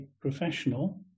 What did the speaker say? professional